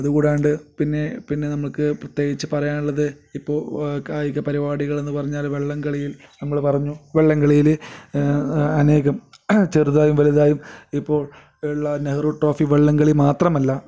അതു കൂടാണ്ട് പിന്നെ പിന്നെ നമുക്ക് പ്രേത്യേകിച്ച് പറയാനുള്ളത് ഇപ്പോൾ കായിക പരിപാടികൾ എന്ന് പറഞ്ഞാൽ വള്ളം കളിയിൽ നമ്മൾ പറഞ്ഞു വള്ളം കളിയിൽ അനേകം ചെറുതായും വലുതായും ഇപ്പോൾ ഉള്ള നെഹ്റു ട്രോഫി വള്ളം കളി മാത്രമല്ല